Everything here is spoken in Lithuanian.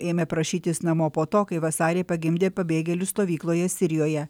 ėmė prašytis namo po to kai vasarį pagimdė pabėgėlius stovykloje sirijoje